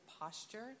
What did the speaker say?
posture